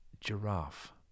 giraffe